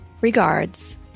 Regards